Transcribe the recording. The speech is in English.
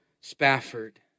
Spafford